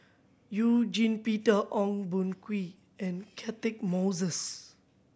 You Jin Peter Ong Boon Kwee and Catchick Moses